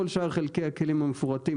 כל שאר חלקי הכלים המפורטים,